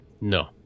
No